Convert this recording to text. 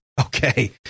Okay